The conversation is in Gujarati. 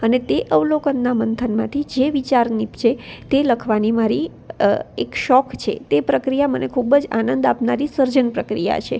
અને તે અવલોકનના બંધનમાંથી જે વિચાર નીપજે તે લખવાની મારી એક શોખ છે તે પ્રક્રિયા મને ખૂબ જ આનંદ આપનારી સર્જન પ્રક્રિયા છે